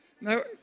No